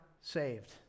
saved